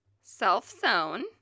self-sewn